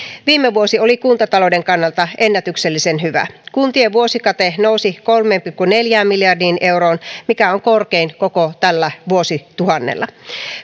viime vuosi oli kuntatalouden kannalta ennätyksellisen hyvä kuntien vuosikate nousi kolmeen pilkku neljään miljardiin euroon mikä on korkein koko tällä vuosituhannella